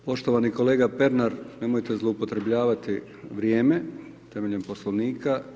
Poštovani kolega Pernar, nemojte zloupotrjebljavati vrijeme temeljem Poslovnika.